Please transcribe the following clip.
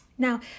Now